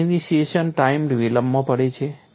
રી initiation time વિલંબમાં પડે છે